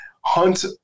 Hunt